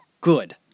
good